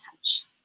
touch